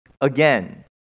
again